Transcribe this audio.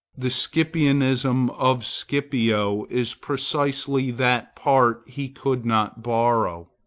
the scipionism of scipio is precisely that part he could not borrow.